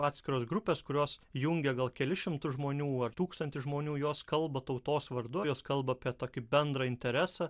atskiros grupės kurios jungia gal kelis šimtus žmonių ar tūkstantį žmonių jos kalba tautos vardu jos kalba apie tokį bendrą interesą